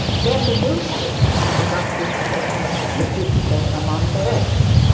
then the newspapers took up his case, the jupiter among the rest,